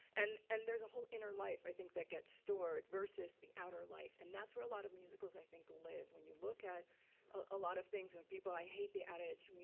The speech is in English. and and there's a whole inner life, i think, that gets stored versus the outer life. and that's where a lot of musicals, i think, live. when you look at a lot of things when people i hate the adage,